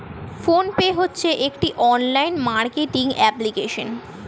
phone pay হচ্ছে একটি online marketing application